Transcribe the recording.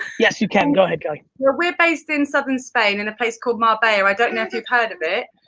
yes you can, go ahead kelly. well we're we're based in southern spain in a place called marbella, and i don't know if you've heard of it?